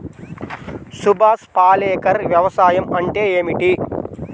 సుభాష్ పాలేకర్ వ్యవసాయం అంటే ఏమిటీ?